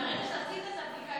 מרגע שעשית את הבדיקה,